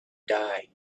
die